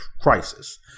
crisis